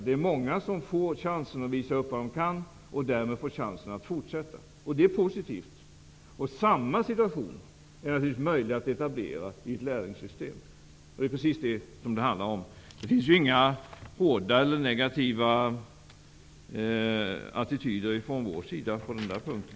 Det är många som får chansen att visa vad de kan och därmed får chansen att fortsätta. Det är positivt. Samma utveckling är naturligtvis möjlig att etablera i ett lärlingssystem. Det är precis det som det handlar om. Det finns inga hårda eller negativa attityder ifrån vår sida på den punkten.